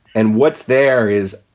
and what's there is,